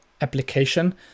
application